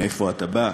מאיפה אתה בא.